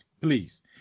please